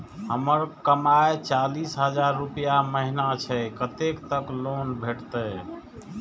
हमर कमाय चालीस हजार रूपया महिना छै कतैक तक लोन भेटते?